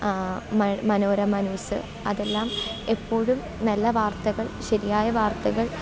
മഴ് Manorama news അതെല്ലാം എപ്പോഴും നല്ല വാർത്തകൾ ശരിയായ വാർത്തകൾ